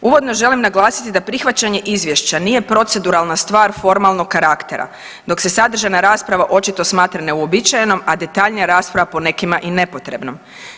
Uvodno želim naglasiti da prihvaćanje izvješća nije proceduralna stvar formalnog karaktera, dok se sadržajna rasprava očito smatra neuobičajenom, a detaljnija rasprava po nekima i nepotrebnom.